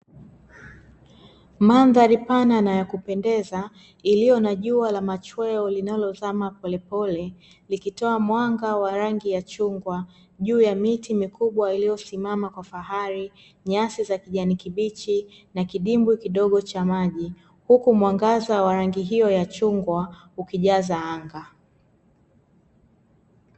Mandhari pana na ya kupendeza iliyo na jua la machweo linalozama polepole likitoa mwanga wa rangi ya chungwa juu ya miti mikubwa iliyosimama kwa fahari, nyasi za kijani kibichi na kidimbwi kidogo cha maji huku mwangaza wa rangi hiyo ya chungwa ukijaza anga.